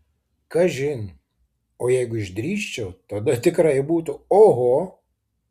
kažin o jeigu išdrįsčiau tada tikrai būtų oho